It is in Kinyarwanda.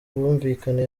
bwumvikane